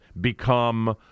become